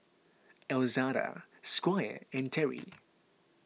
Elzada Squire and Terri